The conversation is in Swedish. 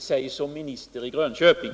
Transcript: sig för minister i Grönköping.